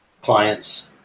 clients